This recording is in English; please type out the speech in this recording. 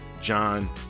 John